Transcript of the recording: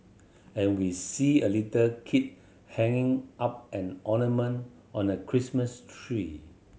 and we see a little kid hanging up an ornament on a Christmas tree